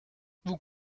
vous